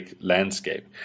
landscape